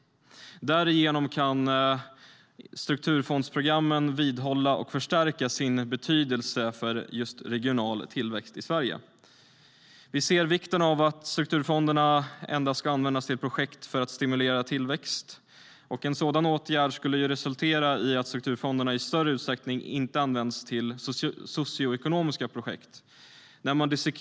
Därigenom kan strukturfondsprogrammen vidhålla och förstärka sin betydelse för just regional tillväxt i Sverige. Vi ser vikten av att strukturfonderna endast ska användas till projekt för att stimulera tillväxt. En sådan åtgärd skulle resultera i att strukturfonderna inte används till socioekonomiska projekt i lika stor utsträckning.